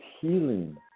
healing